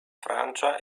francia